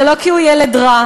זה לא כי הוא ילד רע,